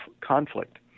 conflict